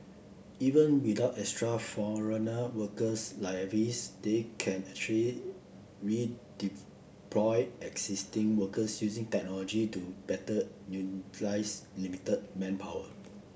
even without extra foreigner worker levies they can actually redeploy existing workers using technology to better utilize limited manpower